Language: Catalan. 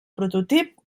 prototip